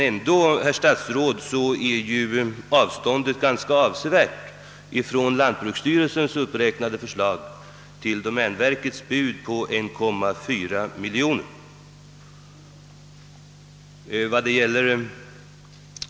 Ändå, herr statsråd, är avståndet ganska .betydande från lantbruksstyrelsens uppräknade förslag till domänverkets bud på 1,4 miljon kronor.